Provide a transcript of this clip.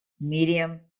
medium